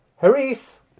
Haris